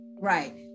right